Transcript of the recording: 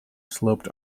sloped